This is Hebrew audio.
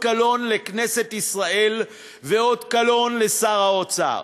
קלון לכנסת ישראל ואות קלון לשר האוצר.